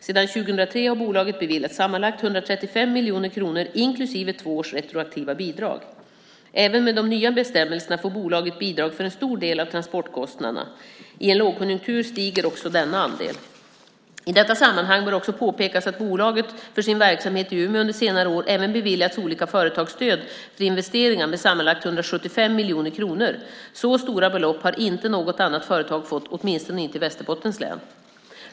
Sedan 2003 har bolaget beviljats sammanlagt 135 miljoner kronor, inklusive två års retroaktiva bidrag. Även med de nya bestämmelserna får bolaget bidrag för en stor del av transportkostnaderna. I en lågkonjunktur stiger också denna andel. I detta sammanhang bör det också påpekas att bolaget för sin verksamhet i Umeå under senare år även beviljats olika företagsstöd för investeringar med sammanlagt 175 miljoner kronor. Så stora belopp har inte någon annat företag fått, åtminstone inte i Västerbottens län.